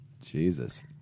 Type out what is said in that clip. Jesus